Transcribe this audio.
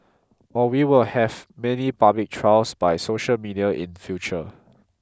or we will have many public trials by social media in future